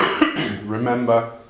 Remember